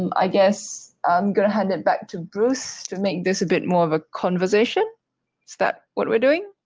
um i guess i'm going to hand it back to bruce to make this a bit more of a conversation. is that what we're doing?